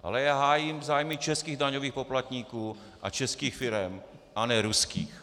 Ale já hájím zájmy českých daňových poplatníků a českých firem, a ne ruských.